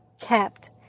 kept